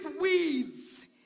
weeds